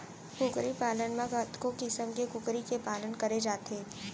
कुकरी पालन म कतको किसम के कुकरी के पालन करे जाथे